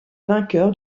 vainqueur